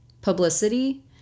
publicity